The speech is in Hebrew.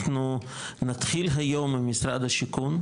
אנחנו נתחיל היום עם משרד השיכון,